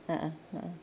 a'ah a'ah